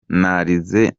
nagarukiye